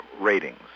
ratings